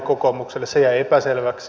se jäi epäselväksi